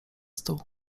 stół